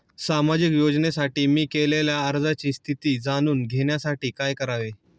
सामाजिक योजनेसाठी मी केलेल्या अर्जाची स्थिती जाणून घेण्यासाठी काय करावे?